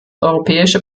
europäische